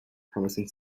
promising